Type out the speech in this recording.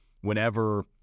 whenever